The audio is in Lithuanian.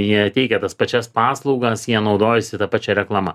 jie teikia tas pačias paslaugas jie naudojasi ta pačia reklama